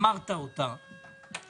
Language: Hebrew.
אמרת אותה,